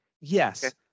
Yes